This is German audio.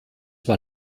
war